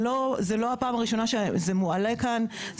זו לא הפעם הראשונה שזה מועלה כאן,